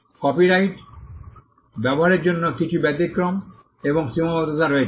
copyright ব্যবহারের জন্য কিছু ব্যতিক্রম এবং সীমাবদ্ধতা রয়েছে